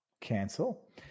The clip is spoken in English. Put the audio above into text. Cancel